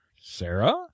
Sarah